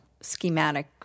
schematic